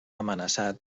amenaçat